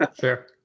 Sure